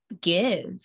give